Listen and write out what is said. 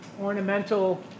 ornamental